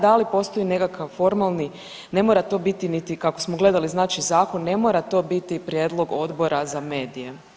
Da li postoji nekakav formalni ne mora to biti niti kako smo gledali znači zakon ne mora biti prijedlog Odbora za medije?